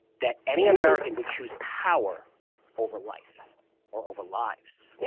that any american would choose power over life or over lives.